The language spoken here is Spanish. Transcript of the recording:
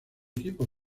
equipos